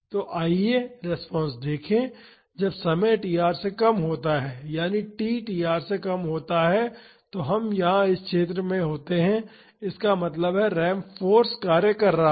तो आइए रिस्पांस खोजें जब समय tr से कम होता है यानि t tr से कम होता है तो हम यहां इस क्षेत्र में होते हैं इसका मतलब है रैंप फाॅर्स कार्य कर रहा है